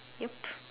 yup